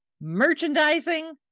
merchandising